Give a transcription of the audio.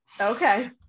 Okay